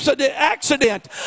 accident